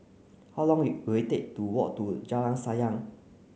how long it will it take to walk to Jalan Sayang